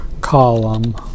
column